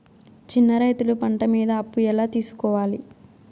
చిన్న రైతులు పంట మీద అప్పు ఎలా తీసుకోవాలి?